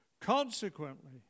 consequently